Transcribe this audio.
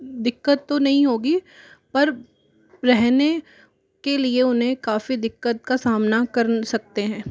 दिक्कत तो नहीं होगी पर रहने के लिए उन्हें काफ़ी दिक्कत का सामना कर सकते हैं